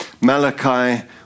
Malachi